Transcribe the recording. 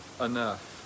enough